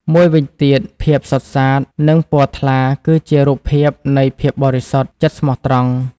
មួយវិញទៀតភាពសុទ្ធសាធ និងពណ៌ថ្លា គឺជារូបភាពនៃ ភាពបរិសុទ្ធ ចិត្ដស្មោះត្រង់។